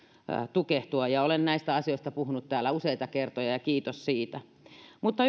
tukehtua ja olen näistä asioista puhunut täällä useita kertoja ja kiitos siitä mutta